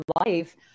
life